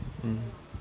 mm